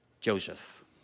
Joseph